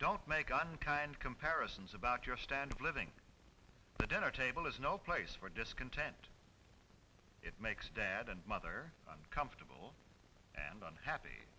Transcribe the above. don't make the kind comparisons about your stand of living the dinner table is no place for discontent it makes dad and mother uncomfortable and on happy